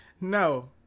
No